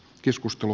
keskustelu